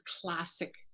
classic